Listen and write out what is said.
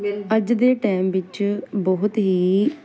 ਅੱਜ ਦੇ ਟਾਈਮ ਵਿੱਚ ਬਹੁਤ ਹੀ